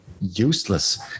useless